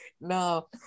No